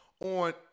on